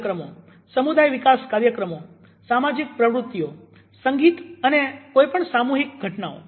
કાર્યક્રમો સમુદાય વિકાસ કાર્યક્રમો સામાજિક પ્રવૃતિઓ સંગીત અને કોઈ પણ સામુહિક ઘટનાઓ